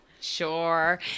Sure